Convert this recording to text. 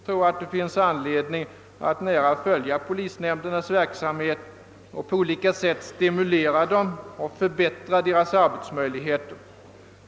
Jag tror det finns anledning att nära följa polisnämndernas verksamhet och på olika sätt stimulera dem och förbättra deras arbetsmöjligheter.